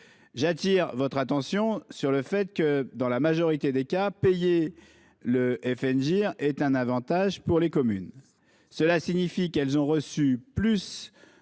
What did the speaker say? J'attire votre attention sur le fait que, dans la majorité des cas, payer le FNGIR est un avantage pour les communes. Cela signifie qu'elles ont reçu plus